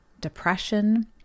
depression